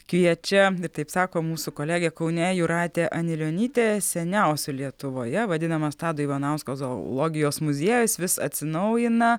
kviečia taip sako mūsų kolegė kaune jūratė anilionytė seniausiu lietuvoje vadinamas tado ivanausko zoologijos muziejas vis atsinaujina